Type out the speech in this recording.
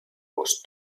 was